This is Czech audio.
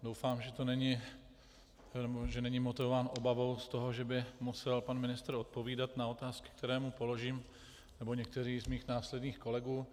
Doufám, že není motivován obavou z toho, že by musel pan ministr odpovídat na otázky, které mu položím, nebo někteří z mých následných kolegů.